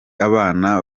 abana